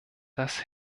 das